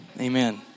Amen